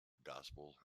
gospel